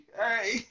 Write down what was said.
hey